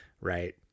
right